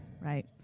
Right